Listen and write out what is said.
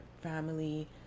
family